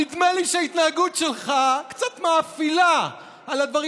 נדמה לי שההתנהגות שלך קצת מאפילה על הדברים.